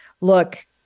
look